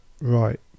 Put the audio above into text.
right